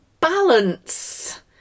balance